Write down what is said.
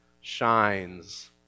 shines